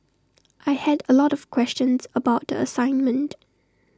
I had A lot of questions about the assignment